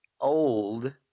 old